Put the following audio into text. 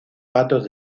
patos